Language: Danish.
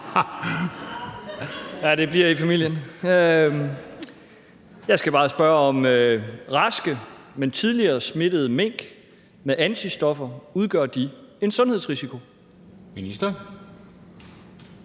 Ja, det bliver i familien. Jeg skal bare spørge, om raske, men tidligere smittede mink med antistoffer udgør en sundhedsrisiko. Kl.